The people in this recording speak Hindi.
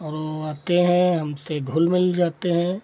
और वह आते हैं हमसे घुल मिल जाते हैं